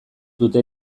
dute